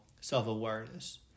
self-awareness